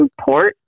port